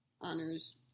honors